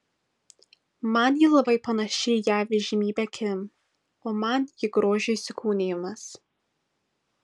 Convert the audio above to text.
man ji labai panaši į jav įžymybę kim o man ji grožio įsikūnijimas